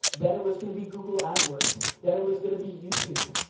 then it was gonna be google adwords. then it was gonna be youtube.